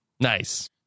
Nice